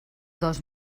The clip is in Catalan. dos